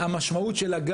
התשפ"ב-2022.